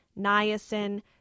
niacin